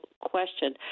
question